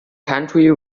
country